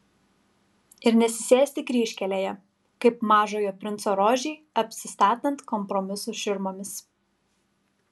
ir nesisėsti kryžkelėje kaip mažojo princo rožei apsistatant kompromisų širmomis